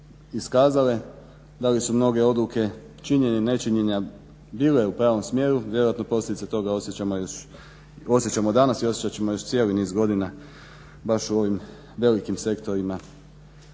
iskazale, da li su mnoge odluke činjenja i nečinjenja bile u pravom smjeru vjerojatno posljedice toga osjećamo danas i osjećat ćemo još cijeli niz godina baš u ovim velikim sektorima